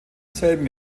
selben